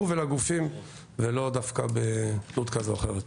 ולגופים ולאו דווקא בתלות כזו או אחרת.